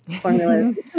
formulas